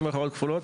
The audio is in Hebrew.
במירכאות כפולות,